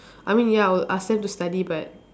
I mean ya I will ask them to study but